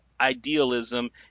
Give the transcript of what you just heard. idealism